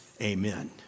Amen